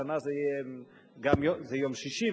השנה זה יום שישי,